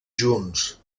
junts